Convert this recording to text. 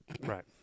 Right